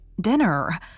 Dinner